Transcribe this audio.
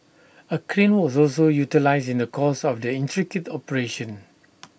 A crane was also utilised in the course of the intricate operation